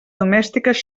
domèstiques